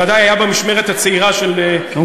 ודאי היה במשמרת הצעירה של מפלגת העבודה,